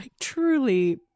truly